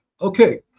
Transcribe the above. Okay